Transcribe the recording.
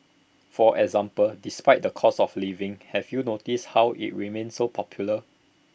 for example despite the cost of living have you noticed how IT remains so popular